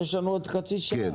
יש לנו עוד חצי שעה.